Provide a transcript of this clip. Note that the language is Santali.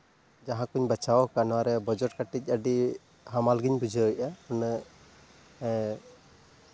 ᱡᱟᱦᱟᱸᱠᱚᱧ ᱵᱟᱪᱷᱟᱣ ᱟᱠᱟᱫᱟ ᱚᱱᱟ ᱨᱮᱭᱟᱜ ᱵᱟᱡᱮᱠᱴ ᱠᱟᱹᱴᱤᱡ ᱟᱹᱰᱤ ᱦᱟᱢᱟᱞᱜᱤᱧ ᱵᱩᱡᱷᱟᱹᱣᱮᱫᱼᱟ ᱩᱱᱟᱹᱜ